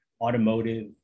automotive